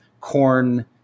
corn